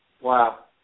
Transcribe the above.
Wow